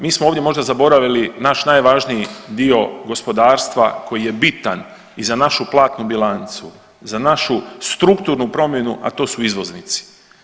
Mi smo ovdje možda zaboravili naš najvažniji dio gospodarstva koji je bitan i za našu platnu bilancu, za našu strukturnu promjenu, a to su izvoznici.